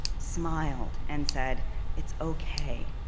smiled and said it's okay,